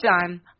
done